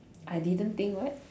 I didn't think what